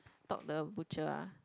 talk the butcher ah